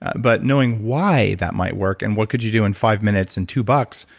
but knowing why that might work and what could you do in five minutes and two bucks,